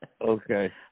Okay